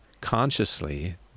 consciously